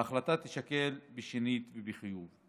ההחלטה תישקל שנית ובחיוב.